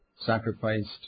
sacrificed